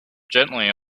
gently